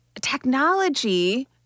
technology